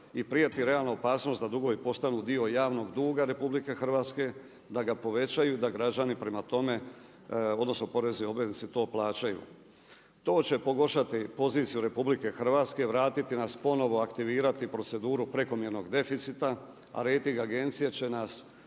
i prijeti realna opasnost da dugovi postanu dio javnog duga RH, da ga povećaju, da građani prema tome, odnosno porezni obveznici to plaćaju. To će pogoršati poziciju RH, vratiti nas ponovno, aktivirati proceduru prekomjernog deficita, a rejting agencije će nas